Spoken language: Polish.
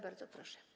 Bardzo proszę.